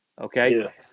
okay